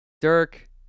Dirk